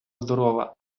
здорова